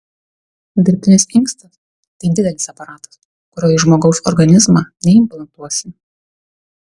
dirbtinis inkstas tai didelis aparatas kurio į žmogaus organizmą neimplantuosi